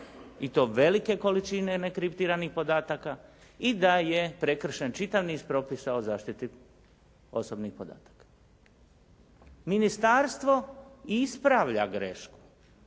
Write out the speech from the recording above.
i to velike količine nekriptiranih podataka i da je prekršen čitav niz propisa o zaštiti osobnih podataka. Ministarstvo ispravlja grešku